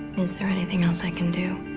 is there anything else i can do?